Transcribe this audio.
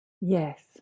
Yes